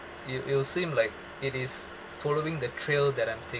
it'll it'll seem like it is following the trail that I'm taking